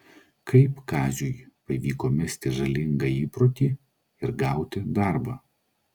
kaip kaziui pavyko mesti žalingą įprotį ir gauti darbą